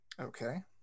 Okay